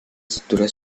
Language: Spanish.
estructura